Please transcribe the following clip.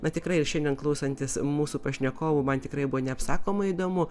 na tikrai šiandien klausantis mūsų pašnekovų man tikrai buvo neapsakomai įdomu